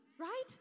right